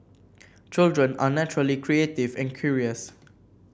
children are naturally creative and curious